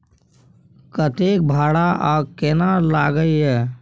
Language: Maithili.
कतेक भाड़ा आ केना लागय ये?